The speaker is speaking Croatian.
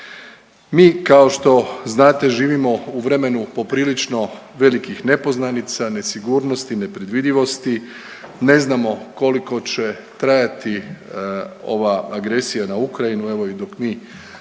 Mi kao što znate živimo u vremenu poprilično velikih nepoznanica, nesigurnosti, nepredvidivosti, ne znamo koliko će trajati ova agresija na Ukrajinu evo i dok mi